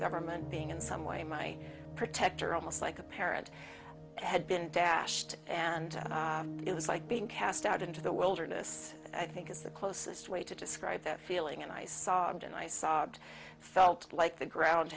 government being in some way my protector almost like a parent had been dashed and it was like being cast out into the wilderness i think is the closest way to describe that feeling and i saw it and i sobbed felt like the ground